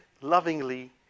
lovingly